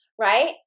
right